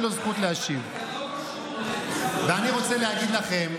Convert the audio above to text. אני רוצה להגיד לכם,